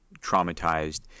traumatized